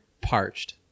parched